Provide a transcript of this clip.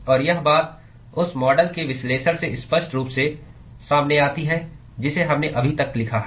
और यह बात उस मॉडल के विश्लेषण से स्पष्ट रूप से सामने आती है जिसे हमने अभी तक लिखा है